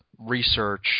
research